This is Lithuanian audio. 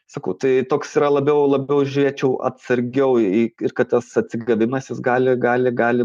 sakau tai toks yra labiau labiau žiūrėčiau atsargiau į ir kad tas atsigavimas jis gali gali gali